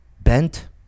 bent